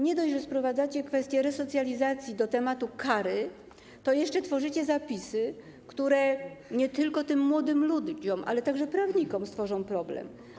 Nie dość, że sprowadzacie kwestię resocjalizacji do tematu kary, to jeszcze tworzycie zapisy, które nie tylko tym młodym ludziom, ale także prawnikom stworzą problem.